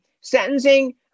sentencing